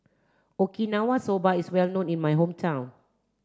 Okinawa Soba is well known in my hometown